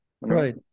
Right